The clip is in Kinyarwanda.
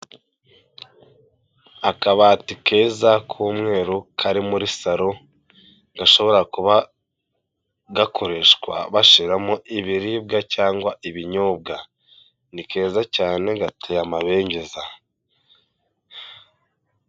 Akabati keza k'umweru kari muri saro, gashobora kuba gakoreshwa bashyiramo ibiribwa cyangwa ibinyobwa, ni keza cyane gateye amabengeza.